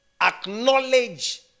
Acknowledge